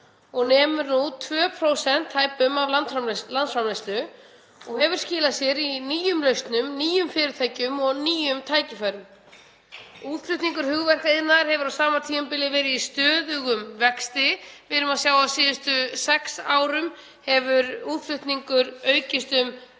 og nemur nú tæpum 2% af landsframleiðslu og hefur skilað sér í nýjum lausnum, nýjum fyrirtækjum og nýjum tækifærum. Útflutningur hugverkaiðnaðar hefur á sama tímabili verið í stöðugum vexti. Á síðustu sex árum hefur útflutningur aukist um